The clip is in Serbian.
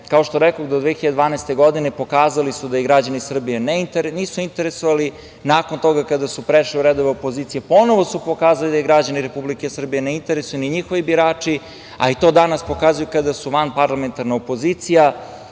što rekoh, do 2012. godine pokazali su da ih građani Srbije nisu interesovali, nakon toga kada su prešli u redove opozicije ponovo su pokazali da ih građani Republike Srbije ne interesuje ni njihovi birači, a i to danas pokazuju kada su vanparlamentarna opozicija.